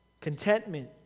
contentment